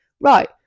right